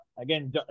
again